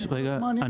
מה עם הצבא?